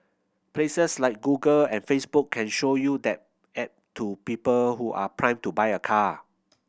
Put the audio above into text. places like Google and Facebook can show you that ad to people who are primed to buy a car